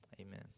Amen